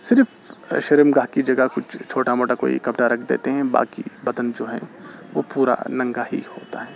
صرف شرمگاہ کی جگہ کچھ چھوٹا موٹا کوئی کپڑا رکھ دیتے ہیں باقی بدن جو ہے وہ پورا ننگا ہی ہوتا ہے